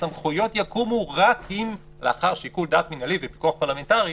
הסמכויות יקומו לאחר שיקול דעת מינהלי ופיקוח פרלמנטרי,